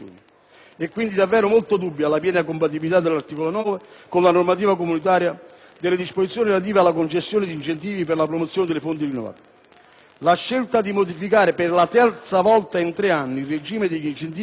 E' quindi davvero molto dubbia la piena compatibilità dell'articolo 9 con la normativa comunitaria delle disposizioni relative alla concessione di incentivi per la promozione delle fonti rinnovabili. La scelta di modificare, per la terza volta in tre anni, il regime degli incentivi